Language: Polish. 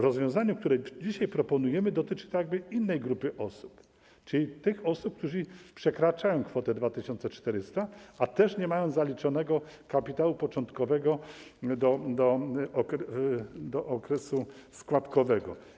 Rozwiązanie, które dzisiaj proponujemy, dotyczy innej grupy osób, czyli tych osób, które przekraczają kwotę 2400 zł, a też nie mają zaliczonego kapitału początkowego do okresu składkowego.